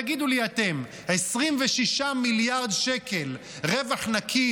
תגידו לי אתם: 26 מיליארד שקל רווח נקי